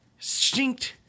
Stinked